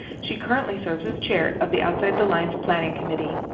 she currently serves as chair of the outside the lines planning committee.